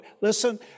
listen